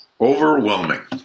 Overwhelming